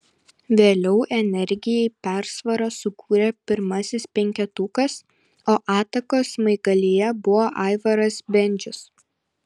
vėliau energijai persvarą sukūrė pirmasis penketukas o atakos smaigalyje buvo aivaras bendžius